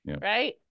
right